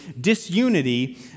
disunity